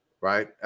right